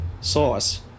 sauce